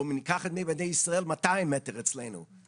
או אם ניקח את ממדי ישראל, זה 200 מטר אצלנו.